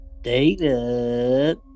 David